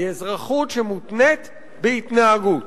היא אזרחות שמותנית בהתנהגות.